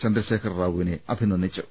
ചന്ദ്രശേഖരറാവുവിനെ അഭിനന്ദിച്ചു